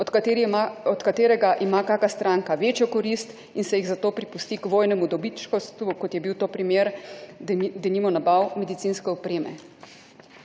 od katerega ima katera stranka večjo korist in se jih zato prepusti vojnemu dobičkarstvu, kot je bil to primer denimo nabav medicinske opreme.